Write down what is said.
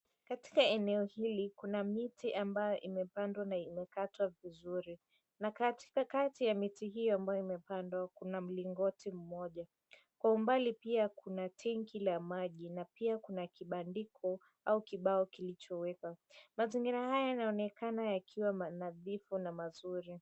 Katika eneo hili, kuna miti ambayo imepandwa na imekatwa vizuri. Na kati ya miti hiyo ambayo imepandwa kuna mlingoti mmoja. Kwa umbali pia kuna tenki la maji na pia kuna kibandiko au kibao kilichowekwa. Mazingira haya yanaonekana yakiwa nadhifu na mazuri.